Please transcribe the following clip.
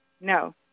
No